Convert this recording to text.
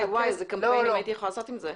50 מיליון שקל איזה קמפיינים הייתי יכולה לעשות עם זה.